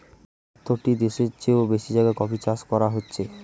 তিয়াত্তরটি দেশের চেও বেশি জায়গায় কফি চাষ করা হচ্ছে